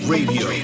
Radio